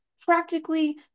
practically